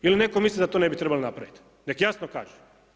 Ili netko misli da to ne bi trebali napraviti, nek jasno kaže.